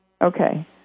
Okay